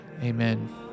Amen